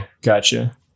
gotcha